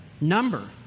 number